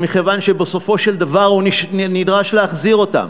מכיוון שבסופו של דבר הוא נדרש להחזיר אותן,